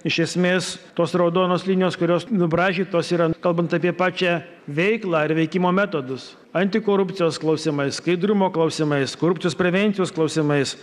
iš esmės tos raudonos linijos kurios nubraižytos ir ant kalbant apie pačią veiklą ir veikimo metodus antikorupcijos klausimais skaidrumo klausimais korupcijos prevencijos klausimais